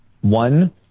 One